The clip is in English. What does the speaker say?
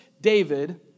David